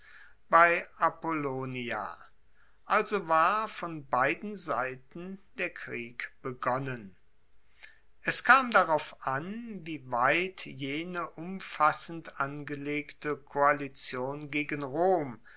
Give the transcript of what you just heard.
bei apollonia also war von beiden seiten der krieg begonnen es kam darauf an wie weit jene umfassend angelegte koalition gegen rom